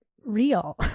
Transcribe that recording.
real